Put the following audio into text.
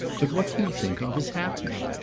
but what do you think of as happening?